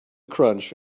crunch